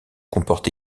comporte